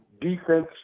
defense